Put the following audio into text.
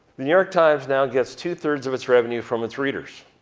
the new york times now gets two-thirds of its revenue from its readers.